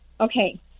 Okay